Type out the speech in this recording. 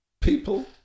People